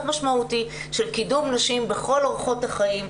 משמעותי של קידום נשים בכל אורחות החיים,